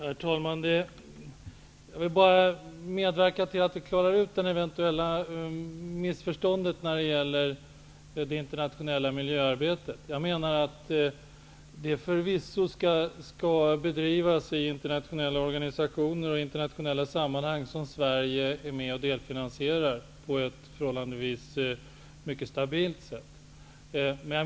Herr talman! Jag vill bara medverka till att klara ut det eventuella missförståndet när det gäller det internationella miljöarbetet. Jag menar att det förvisso skall bedrivas i internationella organisationer och i internationella sammanhang som Sverige delfinansierar på ett förhållandevis mycket stabilt sätt.